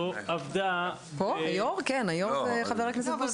פה היו"ר הוא חבר הכנסת בוסו.